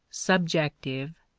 subjective,